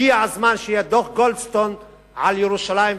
הגיע הזמן שיהיה דוח גולדסטון על ירושלים,